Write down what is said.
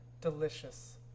delicious